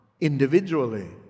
individually